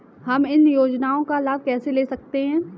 हम इन योजनाओं का लाभ कैसे ले सकते हैं?